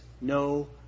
no